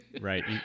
Right